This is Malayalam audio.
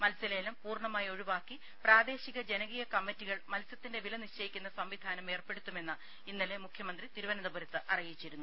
മത്സ്യലേലം പൂർണ്ണമായി ഒഴിവാക്കി പ്രാദേശിക ജനകീയ കമ്മിറ്റികൾ മത്സ്യത്തിന്റെ വില നിശ്ചയിക്കുന്ന സംവിധാനം ഏർപ്പെടുത്തുമെന്ന് ഇന്നലെ മുഖ്യമന്ത്രി തിരുവനന്തപുരത്ത് അറിയിച്ചിരുന്നു